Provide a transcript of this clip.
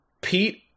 pete